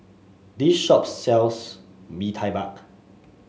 this shop sells Bee Tai Mak